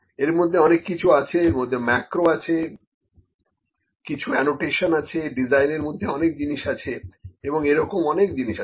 এর মধ্যে অনেক কিছু আছে এর মধ্যে ম্যাক্রো আছে কিছু এনোটেশান আছে ডিজাইনের মধ্যে অনেক জিনিস আছে এবং এরকম অনেক কিছু আছে